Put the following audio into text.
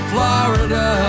Florida